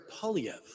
Polyev